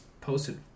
posted